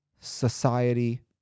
society